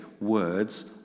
words